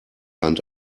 hand